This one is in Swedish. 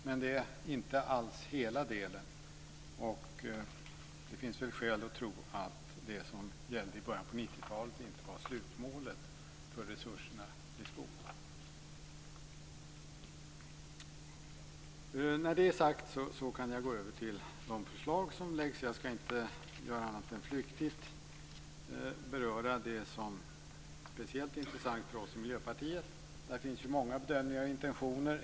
Men det är inte alls hela delen, och det finns väl skäl att tro att det som gällde i början av 90-talet inte var slutmålet för resurserna i skolan. När det är sagt kan jag gå över till att tala om de förslag som har lagts fram. Jag ska flyktigt beröra det som är speciellt intressant för oss i Miljöpartiet. Där finns ju många bedömningar och intentioner.